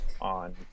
on